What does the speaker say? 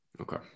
Okay